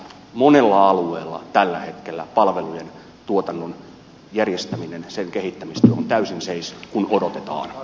monella alueella tällä hetkellä palvelujen tuotannon järjestämisen kehittämistyö on täysin seis kun odotetaan